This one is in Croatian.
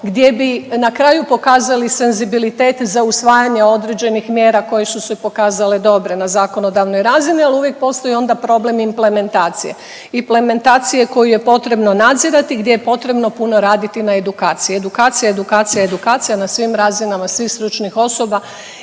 gdje bi na kraju pokazali senzibilitet za usvajanje određenih mjera koje su se pokazale dobre na zakonodavnoj razini, ali uvijek postoji onda problem implementacije. Implementacije koju je potrebno nadzirati, gdje je potrebno puno raditi na edukaciji. Edukacija, edukacija i edukacija na svim razinama, svih stručnih osoba